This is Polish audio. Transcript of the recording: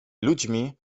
ludźmi